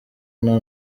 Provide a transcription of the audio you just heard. nta